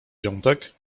piątek